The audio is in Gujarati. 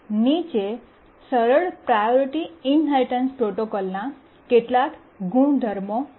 નીચે સરળ પ્રાયોરિટી ઇન્હેરિટન્સ પ્રોટોકોલના કેટલાક ગુણધર્મો છે